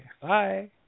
Bye